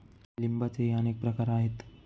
लिंबाचेही अनेक प्रकार आहेत